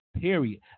period